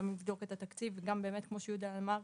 גם לבדוק את התקציב וכמו שיהודה אמר,